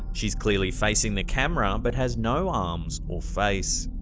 she's clearly facing the camera, um but has no um so or face.